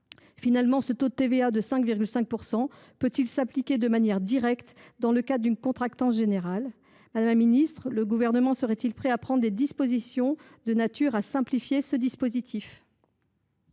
de temps ? Ce taux de TVA de 5,5 % peut il s’appliquer de manière directe dans le cadre d’une « contractance » générale ? Madame la secrétaire d’État, le Gouvernement serait il prêt à prendre des dispositions destinées à simplifier ce dispositif ?